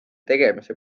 tegemise